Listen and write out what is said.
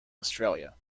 australia